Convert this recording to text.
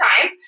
time